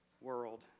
world